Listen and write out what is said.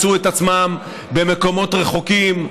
מצאו את עצמם במקומות רחוקים,